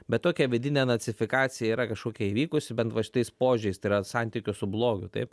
bet tokia vidinė nacifikacija yra kažkokia įvykusi bent va šitais požiūriais tai yra santykio su blogiu taip